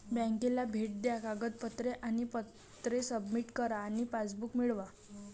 बँकेला भेट द्या कागदपत्रे आणि पत्रे सबमिट करा आणि पासबुक मिळवा